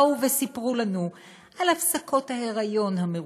באו וסיפרו לנו על הפסקות ההיריון המרובות,